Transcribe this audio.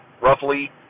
roughly